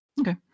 Okay